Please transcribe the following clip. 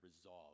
resolve